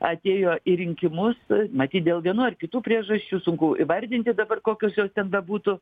atėjo į rinkimus matyt dėl vienų ar kitų priežasčių sunku įvardinti dabar kokios jos ten bebūtų